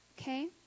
okay